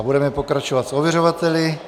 Budeme pokračovat s ověřovateli.